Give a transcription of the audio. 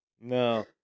no